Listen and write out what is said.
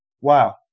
Wow